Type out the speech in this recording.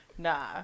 Nah